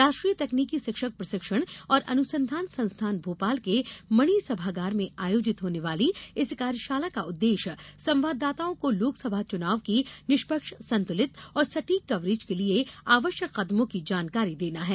राष्ट्रीय तकनीकी शिक्षक प्रशिक्षण और अनुसन्धान संस्थान भोपाल के मणि सभागार में आयोजित होने वाली इस कार्यशाला का उद्देश्य संवाददाताओं को लोकसभा चुनाव की निष्पक्ष संतुलित और सटीक कवरेज के लिए आवश्यक कदमों की जानकारी देना है